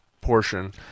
portion